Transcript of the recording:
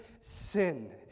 sin